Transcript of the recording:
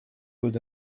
good